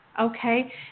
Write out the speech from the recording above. okay